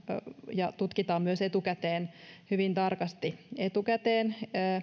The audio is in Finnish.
ja tutkitaan myös hyvin tarkasti etukäteen